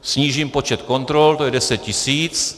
Snížím počet kontrol, to je 10 tisíc.